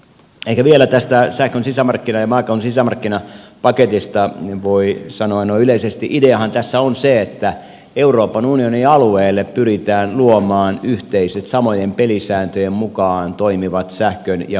ehkä vielä tästä sähkön ja maakaasun sisämarkkinapaketista voi sanoa noin yleisesti että ideahan tässä on se että euroopan unionin alueelle pyritään luomaan yhteiset samojen pelisääntöjen mukaan toimivat sähkön ja maakaasun sisämarkkinat